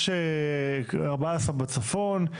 יש ארבע עשרה בצפון,